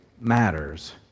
matters